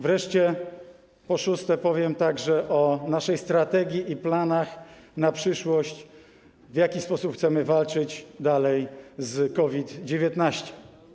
Wreszcie po szóste, powiem także o naszej strategii i planach na przyszłość, w jaki sposób chcemy dalej walczyć z COVID-19.